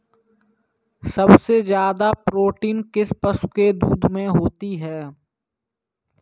सबसे ज्यादा प्रोटीन किस पशु के दूध में होता है?